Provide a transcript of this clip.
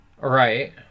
Right